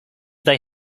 they